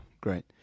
Great